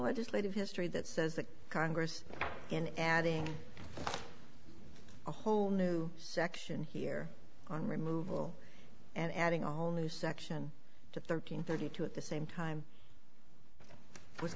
legislative history that says that congress and addie a whole new section here on removal and adding a whole new section to thirteen thirty two at the same time